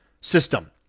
system